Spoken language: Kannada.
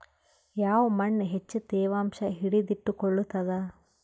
ಯಾವ್ ಮಣ್ ಹೆಚ್ಚು ತೇವಾಂಶ ಹಿಡಿದಿಟ್ಟುಕೊಳ್ಳುತ್ತದ?